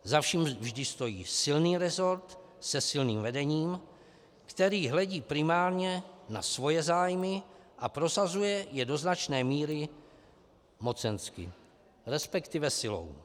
Za vším vždy stojí silný resort se silným vedením, který hledí primárně na svoje zájmy a prosazuje je do značné míry mocensky, respektive silou.